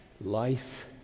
life